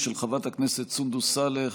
של חברת הכנסת סונדוס סאלח,